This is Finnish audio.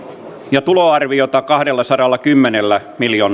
ja tuloarviota kahdellasadallakymmenellä